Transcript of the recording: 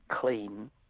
clean